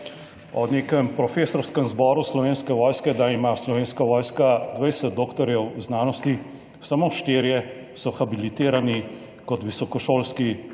o nekem profesorskem zboru Slovenske vojske, da ima Slovenska vojska dvajset doktorjev znanosti, samo štirje so habilitirani kot visokošolski